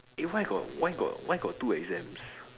eh why got why got why got two exams